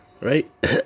Right